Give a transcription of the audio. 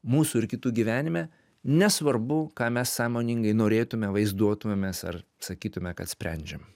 mūsų ir kitų gyvenime nesvarbu ką mes sąmoningai norėtume vaizduotumėmės ar sakytume kad sprendžiam